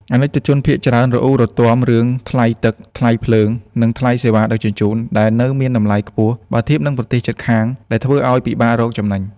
អាណិកជនភាគច្រើនរអ៊ូរទាំរឿង "ថ្លៃទឹក ថ្លៃភ្លើង និងថ្លៃសេវាដឹកជញ្ជូន" ដែលនៅមានតម្លៃខ្ពស់ បើធៀបនឹងប្រទេសជិតខាង ដែលធ្វើឱ្យពិបាករកចំណេញ។